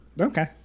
Okay